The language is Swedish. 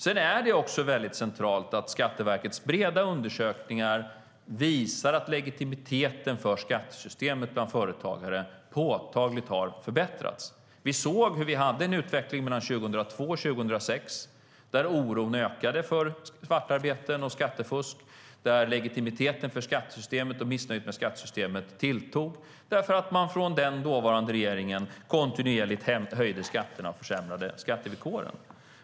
Det är också centralt att Skatteverkets breda undersökningar visar att legitimiteten för skattesystemet bland företagare har förbättrats. Vi såg utvecklingen mellan 2002 och 2006 där oron för svartarbeten och skattefusk ökade, där legitimiteten för skattesystemet minskade och missnöjet med skattesystemet tilltog därför att den dåvarande regeringen kontinuerligt höjde skatterna och försämrade skattevillkoren.